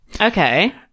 Okay